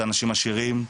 זה אנשים עשירים,